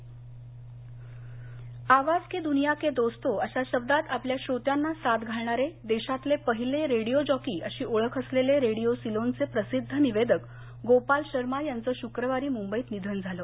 गोपाल शर्मा निधन आवाज की दूनिया के दोस्तो अशा शब्दांत आपल्या श्रोत्यांना साद घालणारे देशातले पहिले रेडियो जॉकी अशी ओळख असलेले रेडियो सीलोनचे प्रसिद्ध निवेदक गोपाल शर्मा यांचं शुक्रवारी मुंबईत निधन झालं